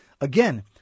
Again